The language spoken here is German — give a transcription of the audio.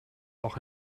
auch